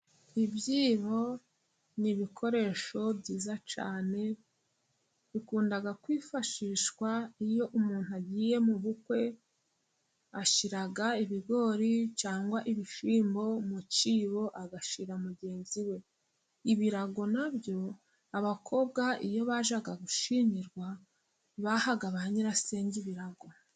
Ibyibo ni ibikoresho byiza cyane, bikunda kwifashishwa iyo umuntu agiye mu bukwe, ashyira ibigori cyangwa ibishimbo mu cyibo, agashyira mugenzi we. Ibirago na byo abakobwa iyo bajyaga gushyingirwa, bahaga ba nyirasenge ibirago.